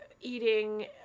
eating